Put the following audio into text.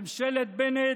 ממשלת בנט,